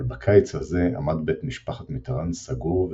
אבל בקיץ הזה עמד בית משפחת מיטראן סגור ושקט.